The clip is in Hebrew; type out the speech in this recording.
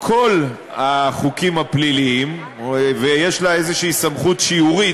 כל החוקים הפליליים ויש לה איזו סמכות שיורית,